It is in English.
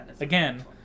Again